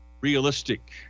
realistic